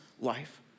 life